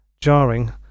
jarring